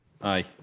Aye